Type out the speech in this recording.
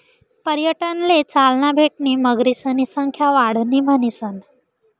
पर्यटनले चालना भेटणी मगरीसनी संख्या वाढणी म्हणीसन